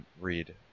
read